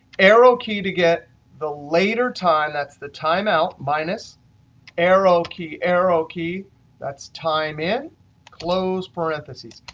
arrow key to get the later time that's the time out minus arrow key, arrow key that's time in close parentheses,